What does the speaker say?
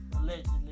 Allegedly